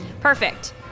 Perfect